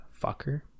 Fucker